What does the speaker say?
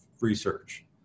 research